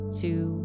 two